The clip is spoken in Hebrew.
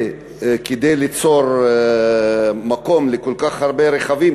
כדי ליצור מקום לכל כך הרבה רכבים,